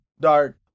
dark